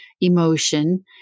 emotion